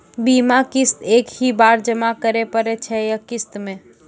बीमा किस्त एक ही बार जमा करें पड़ै छै या किस्त मे?